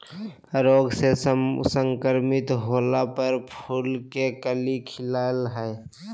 रोग से संक्रमित होला पर फूल के कली खिलई हई